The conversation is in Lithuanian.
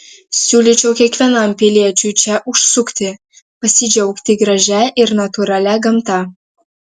siūlyčiau kiekvienam piliečiui čia užsukti pasidžiaugti gražia ir natūralia gamta